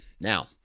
now